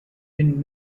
been